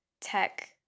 Tech